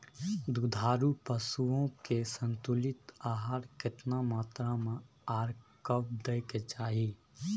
दुधारू पशुओं के संतुलित आहार केतना मात्रा में आर कब दैय के चाही?